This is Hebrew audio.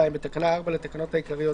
תיקון תקנה 4 בתקנה 4 לתקנות העיקריות